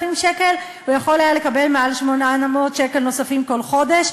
שקל היה יכול לקבל מעל 800 שקלים נוספים כל חודש,